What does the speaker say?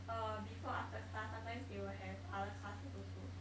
uh before after class sometimes they will have other classes also